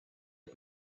est